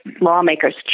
lawmakers